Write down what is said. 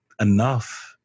enough